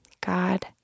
God